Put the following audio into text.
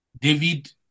David